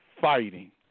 fighting